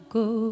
go